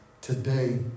today